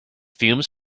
fumes